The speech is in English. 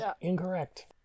incorrect